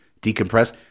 decompress